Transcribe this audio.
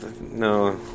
No